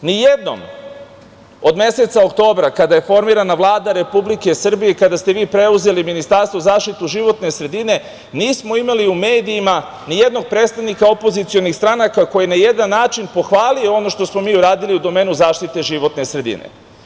Nijednom od meseca oktobra kada je formirana Vlada Republike Srbije, kada ste vi preuzeli Ministarstvo za zaštitu životne sredine nismo imali u medijima nijednog predstavnika opozicionih stranaka koji je na jedan način pohvalio ono što smo uradili u domenu zaštite životne sredine.